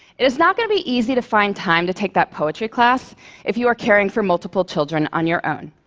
it is not going to be easy to find time to take that poetry class if you are caring for multiple children on your own.